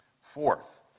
Fourth